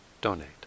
donate